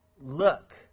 Look